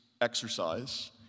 exercise